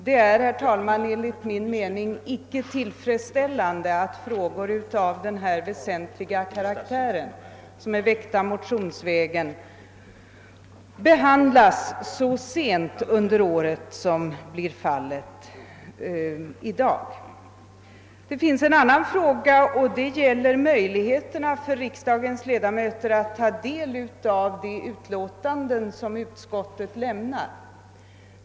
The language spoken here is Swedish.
Det är, herr talman, enligt min mening icke tillfredsställande att frågor som är så väsentliga och som tagits upp motionsvägen behandlas så sent under året. En annan fråga gäller möjligheten för riksdagens ledamöter att ta del av de utlåtanden som utskottet avger.